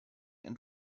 and